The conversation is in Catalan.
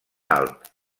alt